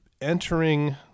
entering